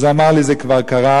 אז הוא אמר לי: זה כבר קרה,